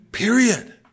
period